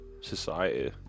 society